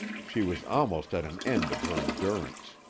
she was almost at an end of her endurance.